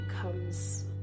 comes